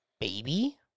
baby